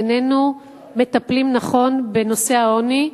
איננו מטפלים נכון בנושא העוני,